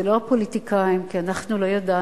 זה לא הפוליטיקאים, כי אנחנו לא ידענו.